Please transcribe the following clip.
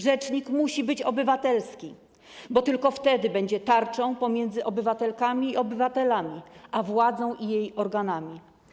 Rzecznik musi być obywatelski, bo tylko wtedy będzie tarczą pomiędzy obywatelkami i obywatelami a władzą i jej organami.